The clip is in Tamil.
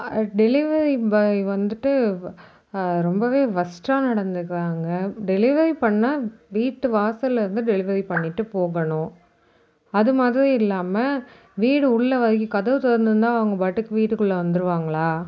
டெலிவரி பாய் வந்துட்டு ரொம்பவே ஒஸ்ட்டாக நடந்துக்கிறாங்க டெலிவரி பண்ணால் வீட்டு வாசலில் இருந்து டெலிவரி பண்ணிவிட்டு போகணும் அது மாதிரி இல்லாமல் வீடு உள்ளே வரைக்கும் கதவு திறந்துருந்தா அவங்க பாட்டுக்கும் வீட்டுக்குள்ளே வந்துடுவாங்களா